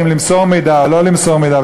האם למסור מידע או לא למסור מידע,